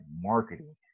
marketing